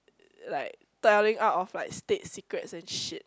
like telling out of like state secrets and shit